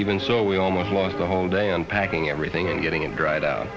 even so we almost lost the whole day on packing everything and getting it dried out